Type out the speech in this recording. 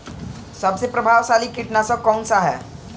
सबसे प्रभावशाली कीटनाशक कउन सा ह?